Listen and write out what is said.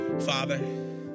father